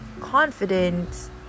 confident